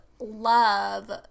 love